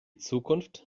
zukunft